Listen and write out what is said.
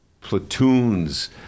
platoons